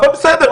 אבל בסדר,